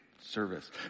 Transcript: service